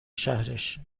شهرش